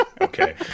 Okay